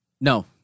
No